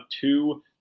two